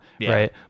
right